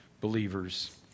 believers